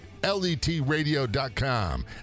Letradio.com